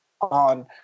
on